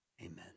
Amen